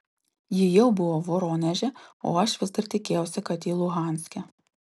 ji jau buvo voroneže o aš vis dar tikėjausi kad ji luhanske